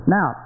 Now